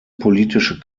politische